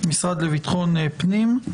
אני מצטער ששמו לא אתי, אנחנו מיד נזכיר את שמו.